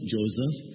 Joseph